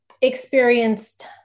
experienced